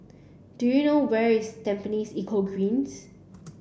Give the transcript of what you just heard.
do you know where is Tampines Eco Greens